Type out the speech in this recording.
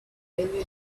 railway